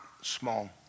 small